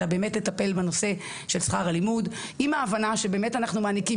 אלא באמת לטפל בנושא של שכר הלימוד עם ההבנה שבאמת אנחנו מעניקים